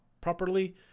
properly